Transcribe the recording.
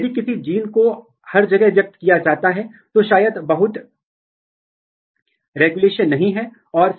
यदि वे उस जीन के साथ सह व्यक्त किए जाते हैं तो आप उम्मीद कर सकते हैं कि आपस में कुछ इंटरेक्शन होनी चाहिए